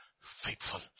faithful